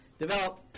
develop